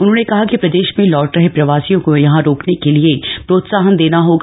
उन्होंने कहा कि प्रदेश में लौट रहे प्रवासियों को यहां रोकने के लिए प्रोत्साहन देना होगा